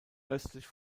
östlich